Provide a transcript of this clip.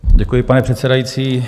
Děkuji, pane předsedající.